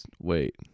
wait